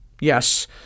Yes